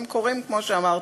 הם קורים, כמו שאמרתי,